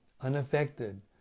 Unaffected